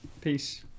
Peace